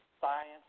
science